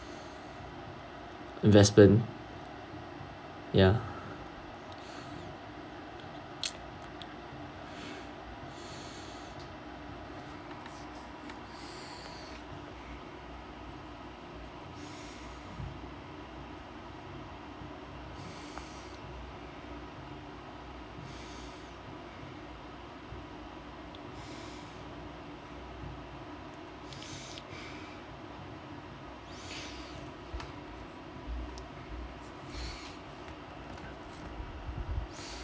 investment ya